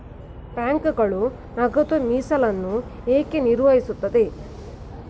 ಬ್ಯಾಂಕುಗಳು ನಗದು ಮೀಸಲನ್ನು ಏಕೆ ನಿರ್ವಹಿಸುತ್ತವೆ?